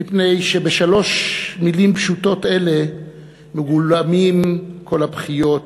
מפני שבשלוש מילים פשוטות אלה מגולמים כל הבכיות,